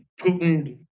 Putin